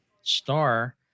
Star